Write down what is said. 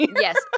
yes